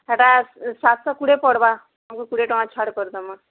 ସେଟା ସାତଶହ କୋଡ଼ିଏ ପଡ଼୍ବା ତମକୁ କୋଡ଼ିଏ ଟଙ୍କା ଛାଡ଼ କରଦମା